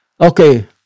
Okay